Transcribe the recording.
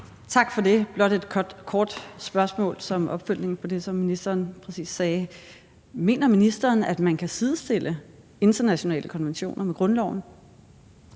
Tak for det. Det er blot et kort spørgsmål som opfølgning på det, som ministeren præcis sagde. Mener ministeren, at man kan sidestille internationale konventioner med grundloven?